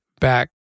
back